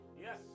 Yes